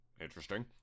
Interesting